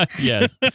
Yes